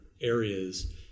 areas